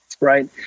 Right